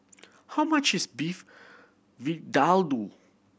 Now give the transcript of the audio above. how much is Beef Vindaloo